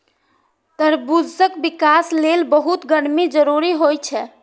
तरबूजक विकास लेल बहुत गर्मी जरूरी होइ छै